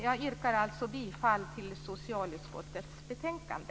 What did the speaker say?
Jag yrkar alltså bifall till hemställan i socialutskottets betänkande.